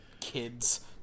kids